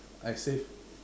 I saved